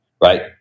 right